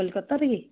କଲିକତାରେ